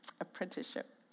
apprenticeship